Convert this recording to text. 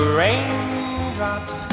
raindrops